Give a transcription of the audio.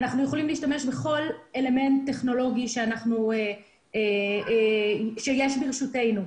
אנחנו יכולים להשתמש בכל אלמנט טכנולוגי שיש ברשותנו.